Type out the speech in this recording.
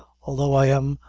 although i am,